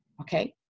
okay